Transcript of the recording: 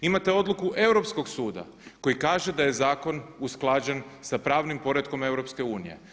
Imate odluku Europskog suda koji kaže da je zakon usklađen sa pravnim poretkom EU.